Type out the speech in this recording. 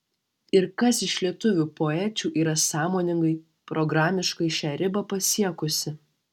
ir kas iš lietuvių poečių yra sąmoningai programiškai šią ribą pasiekusi